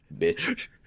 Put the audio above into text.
bitch